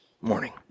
morning